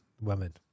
Women